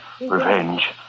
revenge